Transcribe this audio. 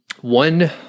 one